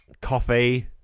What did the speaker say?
Coffee